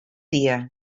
dia